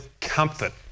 comfort